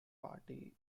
party